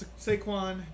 Saquon